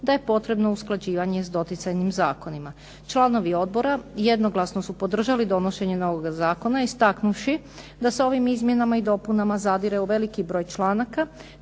da je potrebno usklađivanje sa doticajnim zakonima. Članovi odbora jednoglasno su podržali donošenje novoga zakona istaknuvši da se ovim izmjenama i dopunama zadire u veliki broj članaka